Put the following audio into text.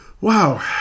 Wow